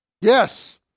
Yes